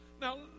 Now